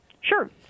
Sure